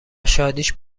شادیش